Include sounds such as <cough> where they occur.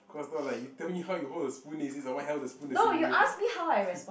of course not lah you tell me how you hold the spoon is it someone held the spoon the same way <laughs>